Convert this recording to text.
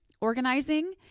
organizing